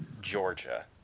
Georgia